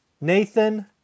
Nathan